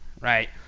right